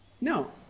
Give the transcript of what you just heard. No